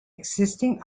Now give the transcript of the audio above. existing